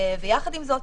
יחד עם זאת,